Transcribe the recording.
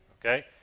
Okay